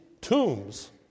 tombs